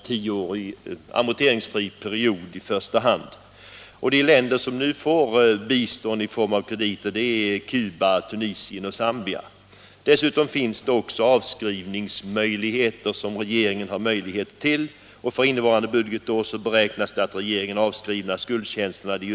Kortsiktiga beslut kan inte vara till fördel för något land.